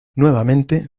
nuevamente